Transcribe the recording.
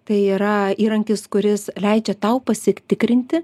tai yra įrankis kuris leidžia tau pasiktikrinti